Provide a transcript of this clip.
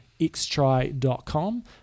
Xtry.com